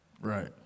Right